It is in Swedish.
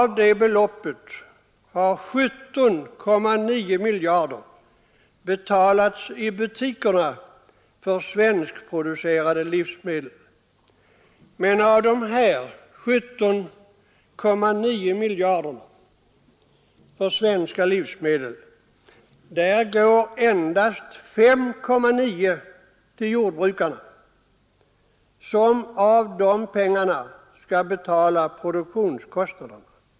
Av det beloppet har 17,9 miljarder betalats i butikerna för svenskproducerade livsmedel. Men av de här 17,9 miljarderna för svenska livsmedel går endast 5,9 miljarder till jordbrukarna, som av de pengarna skall betala produktionskostnaderna.